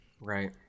Right